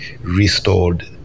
restored